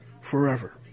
Forever